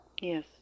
Yes